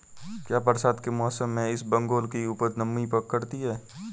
क्या बरसात के मौसम में इसबगोल की उपज नमी पकड़ती है?